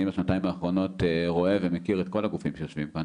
בשנתיים האחרונות אני רואה ומכיר את כל הגופים שיושבים כאן,